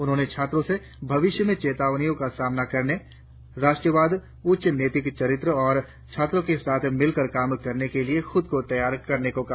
उन्होंने छात्रों से भविष्य में चुनौतियों का सामना करने राष्ट्रवाद उच्च नैतिक चरित्र और छात्रों के बीच मिलकर काम करने के लिए खुद को तैयार करने को कहा